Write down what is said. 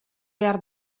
behar